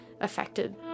affected